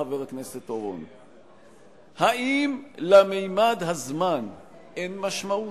חבר הכנסת אורון: האם לממד הזמן אין משמעות?